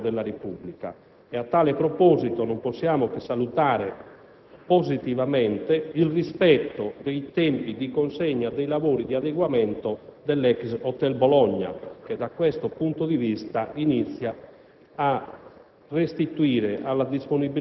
ed alle funzioni del Senato della Repubblica. A tale proposito, non possiamo che salutare positivamente il rispetto dei tempi di consegna dei lavori di adeguamento dell'ex Hotel Bologna, che da questo punto di vista inizia a